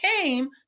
came